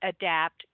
Adapt